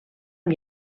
amb